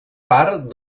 part